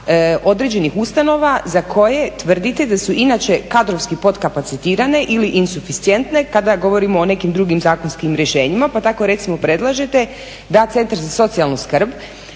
određenih ustanova za koje tvrdite da su inače kadrovski podkapacitirane ili insuficijentne kada govorimo o nekim drugim zakonskim rješenjima. Pa tako recimo predlažete da centar za socijalnu skrb